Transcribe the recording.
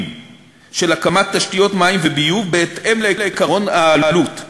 להקמת תשתיות מים וביוב בהתאם לעקרון העלות.